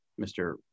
Mr